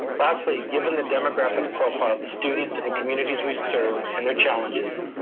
lastly, given the demographic profile of the students and communities we serve, and their challenges,